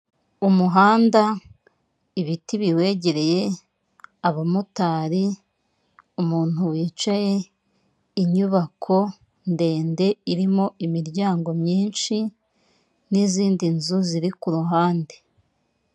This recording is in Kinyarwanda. Umuhanda ibiti biwegereye, abamotari, umuntu wicaye, inyubako ndende irimo imiryango myinshi, n'izindi nzu ziri kuru ruhande.